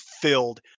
filled